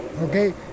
okay